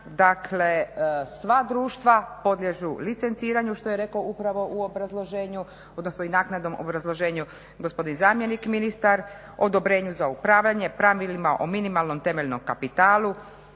dakle sva društva podliježu licenciranju, što je rekao upravo u obrazloženju, odnosno i naknadnom obrazloženju gospodin zamjenik ministra, odobrenju za upravljanje, pravilima o minimalnom temeljnom kapitalu.